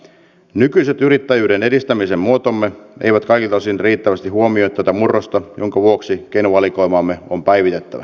nykyiset yrittäjyyden edistämisen muotomme eivät kaikilta osin riittävästi huomioi tätä murrosta minkä vuoksi keinovalikoimaamme on päivitettävä